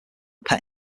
pet